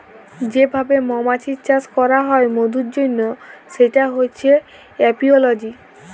যে ভাবে মমাছির চাষ ক্যরা হ্যয় মধুর জনহ সেটা হচ্যে এপিওলজি